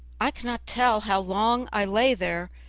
i cannot tell how long i lay there,